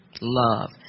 love